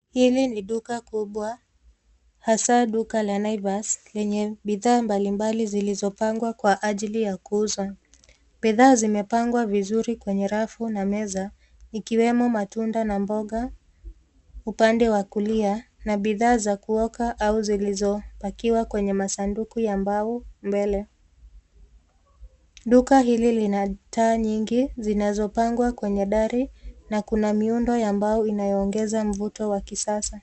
Hili ni duka kubwa, hasa duka la Naivas yenye bidhaa mbalimbali zilizopangwa kwa ajili ya kuuzwa. Bidhaa zimepangwa vizuri kwenye rafu na meza ikiwemo matunda na mboga upande wa kulia, na bidhaa za kuoka au zilizopakiwa kwenye masunduku ya mbao mbele. Duka hili lina taa nyingi zinazopangwa kwenye dari, na kuna miundo ya mbao inayoongeza mvuto wa kisasa.